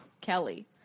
Kelly